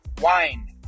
wine